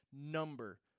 number